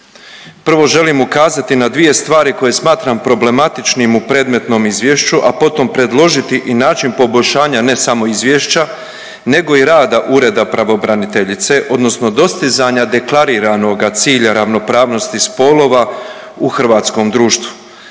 Prvo želim ukazati na dvije stvari koje smatram problematičnim u predmetnom izvješću, a potom predložiti i način poboljšanja ne samo izvješća nego i rada Ureda pravobraniteljice, odnosno dostizanja deklariranoga cilja ravnopravnosti spolova u hrvatskom društvu